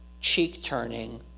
cheek-turning